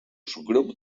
subgrup